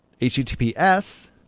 HTTPS